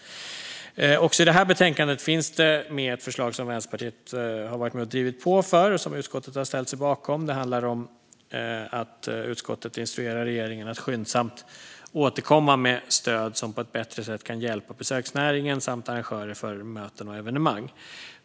Också i det här betänkandet finns ett förslag som Vänsterpartiet har varit med och drivit på för och som utskottet har ställt sig bakom. Det handlar om att utskottet vill instruera regeringen att skyndsamt återkomma med stöd som på ett bättre sätt kan hjälpa besöksnäringen och arrangörer för möten och evenemang.